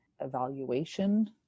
evaluation